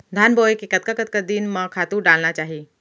धान बोए के कतका कतका दिन म खातू डालना चाही?